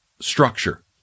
structure